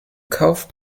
kauft